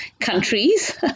countries